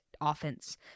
offense